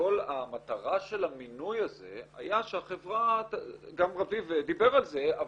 שכל המטרה של המינוי הזה היה שהחברה --- גם רביב דיבר על זה,